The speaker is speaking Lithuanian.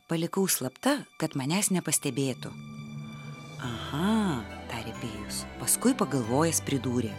palikau slapta kad manęs nepastebėtų aha tarė pijus paskui pagalvojęs pridūrė